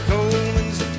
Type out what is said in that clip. Coleman's